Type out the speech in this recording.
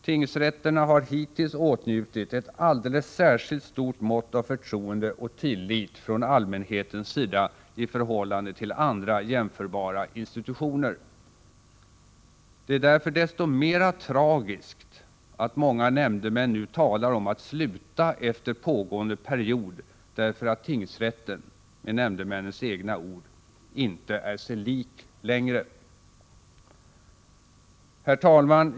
Tingsrätterna har hittills åtnjutit ett alldeles särskilt stort mått av förtroende och tillit från allmänhetens sida i förhållande till andra jämförbara institutioner. Det är därför desto mera tragiskt att många nämndemän nu talar om att sluta efter pågående period därför att tingsrätten, med nämndemännens egna ord, inte är sig lik längre. Herr talman!